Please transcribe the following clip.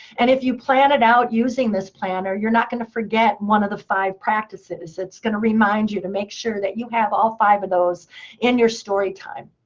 and if you plan it out using this planner, you're not going to forget one of the five practices. it's going to remind you to make sure that you have all five of those in your story time.